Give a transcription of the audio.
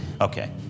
Okay